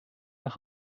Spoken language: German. nach